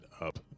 up